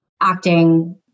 acting